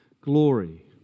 glory